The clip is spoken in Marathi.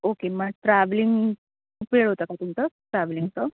ओके मग ट्रॅवलिंग खूप वेळ होतं का तुमचं ट्रॅव्हलिंगचा